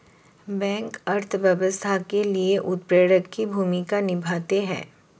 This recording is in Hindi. बैंक अर्थव्यवस्था के लिए उत्प्रेरक की भूमिका निभाते है